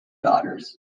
daughters